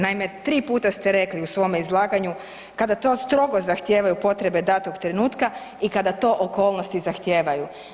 Naime, 3 puta ste rekli u svome izlaganju kada to strogo zahtijevaju potrebe datog trenutka i kada to okolnosti zahtijevaju.